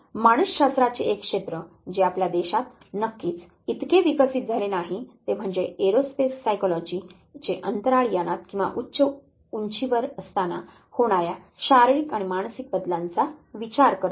आणि मानसशास्त्राचे एक क्षेत्र जे आपल्या देशात नक्कीच इतके विकसित झाले नाही ते म्हणजे एरोस्पेस सायकॉलजी जे अंतराळ यानात किंवा उच्च उंचीवर असताना होणार्या शारीरिक आणि मानसिक बदलांचा विचार करते